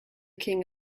king